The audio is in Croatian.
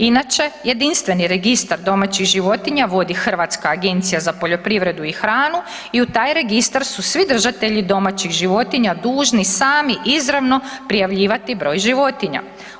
Inače jedinstveni registar domaćih životinja vodi Hrvatska agencija za poljoprivredu i hranu i u taj registar su svi držatelji domaćih životinja dužni sami izravno prijavljivati broj životinja.